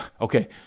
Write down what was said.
Okay